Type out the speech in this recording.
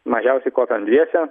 mažiausiai kopiam dviese